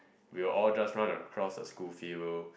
we will all just run across the school field